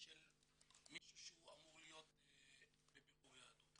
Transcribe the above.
של מישהו שאמור להיות בבירור יהדות.